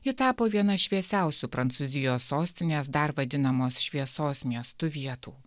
ji tapo viena šviesiausių prancūzijos sostinės dar vadinamos šviesos miestu vietų